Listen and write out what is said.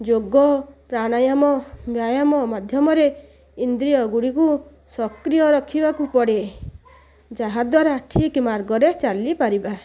ଯୋଗ ପ୍ରାଣାୟମ ବ୍ୟାୟାମ ମାଧ୍ୟମରେ ଇନ୍ଦ୍ରିୟ ଗୁଡ଼ିକୁ ସକ୍ରିୟ ରଖିବାକୁ ପଡ଼େ ଯାହାଦ୍ଵାରା ଠିକ୍ ମାର୍ଗରେ ଚାଲିପାରିବା